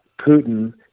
Putin